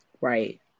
right